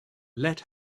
let